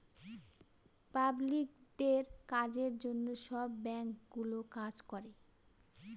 পাবলিকদের কাজের জন্য সব ব্যাঙ্কগুলো কাজ করে